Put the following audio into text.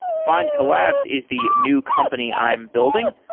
findcollabs is the new company i'm building.